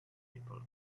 people